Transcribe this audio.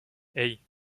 hey